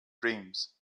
dreams